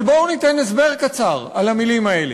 אבל בואו ניתן הסבר קצר על המילים האלה.